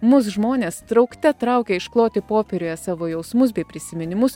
mus žmones traukte traukia iškloti popieriuje savo jausmus bei prisiminimus